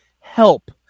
help